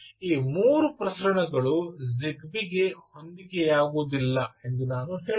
ಈ ಮೂರು ಪ್ರಸರಣಗಳು ಜಿಗ್ಬಿಗೆ ಹೊಂದಿಕೆಯಾಗುವುದಿಲ್ಲ ಎಂದು ನಾನು ಹೇಳುತ್ತೇನೆ